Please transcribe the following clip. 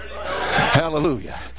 Hallelujah